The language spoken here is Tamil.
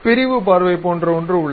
பிரிவு பார்வை போன்ற ஒன்று உள்ளது